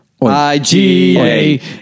IGA